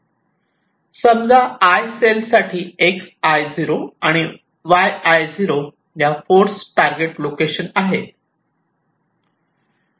समजा 'I' cell साठी xi0 आणि yi0 या 0 फोर्स टारगेट लोकेशन आहे